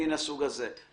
מהסוג הזה.